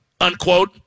unquote